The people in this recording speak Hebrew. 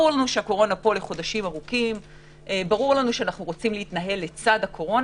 ברור לנו שהקורונה פה לחודשים ארוכים ושאנו רוצים להתנהל לצדה,